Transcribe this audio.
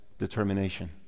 determination